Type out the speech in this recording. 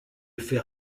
fer